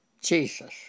Jesus